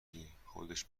گه، خودش